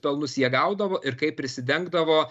pelnus jie gaudavo ir kaip prisidengdavo